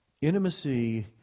intimacy